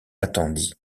attendit